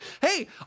hey